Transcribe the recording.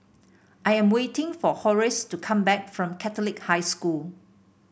I am waiting for Horace to come back from Catholic High School